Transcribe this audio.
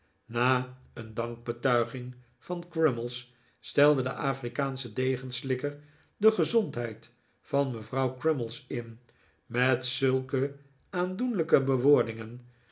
na een dankbetuiging van crummies stelde de afrikaansche degenslikker de gezondheid van mevrouw crummies in met zulke aandoenlijke bewoordingen